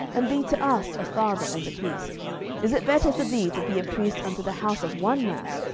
and be to us a father and a priest is it better for thee to be a priest unto the house of one man,